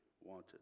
wanted